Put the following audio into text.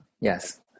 yes